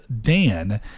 Dan